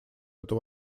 эту